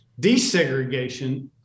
desegregation